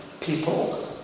people